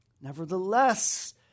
Nevertheless